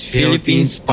Philippines